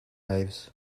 waves